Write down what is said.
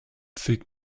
thick